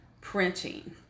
printing